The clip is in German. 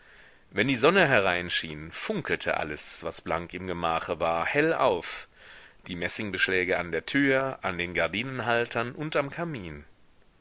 wenn die sonne hereinschien funkelte alles was blank im gemache war hell auf die messingbeschläge an der tür an den gardinenhaltern und am kamin